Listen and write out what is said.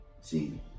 see